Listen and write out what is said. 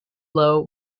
low